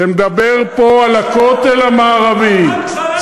שמדבר פה על הכותל המערבי,